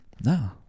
No